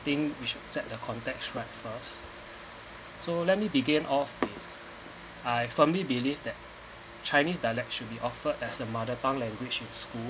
I think we should set the context right first so let me begin off with I firmly believe that chinese dialect should be offered as a mother tongue language in school